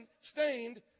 stained